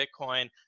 Bitcoin